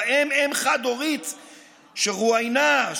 ובהם אם חד-הורית שרואיינה,